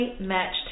matched